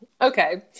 okay